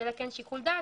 שיהיה לה שיקול דעת,